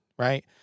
Right